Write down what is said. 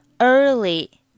early